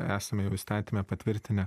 esame jau įstatyme patvirtinę